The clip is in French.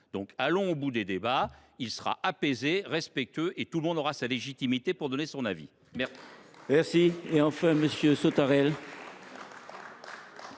Allons au bout du débat, celui ci sera apaisé, respectueux et tout le monde aura sa légitimité pour donner son avis. La